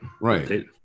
Right